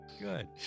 Good